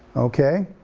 okay.